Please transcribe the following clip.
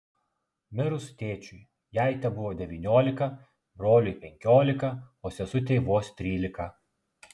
mirus tėčiui jai tebuvo devyniolika broliui penkiolika o sesutei vos trylika